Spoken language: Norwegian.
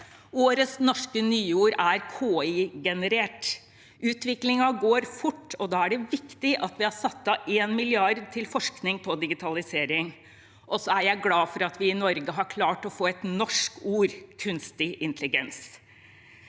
Årets norske nyord er KI-generert. Utviklingen går fort, og da er det viktig at vi har satt av 1 mrd. kr til forskning på digitalisering. Og jeg er glad for at vi i Norge har klart å få et norsk ord: kunstig intelligens.